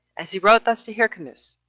as he wrote thus to hyrcanus,